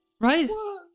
Right